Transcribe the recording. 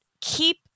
keep